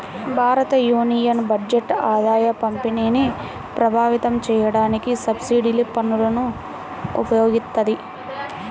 భారతయూనియన్ బడ్జెట్ ఆదాయపంపిణీని ప్రభావితం చేయడానికి సబ్సిడీలు, పన్నులను ఉపయోగిత్తది